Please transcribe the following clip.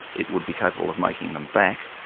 it would be capable of making them back,